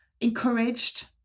encouraged